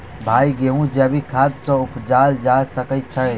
भाई गेंहूँ जैविक खाद सँ उपजाल जा सकै छैय?